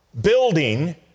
building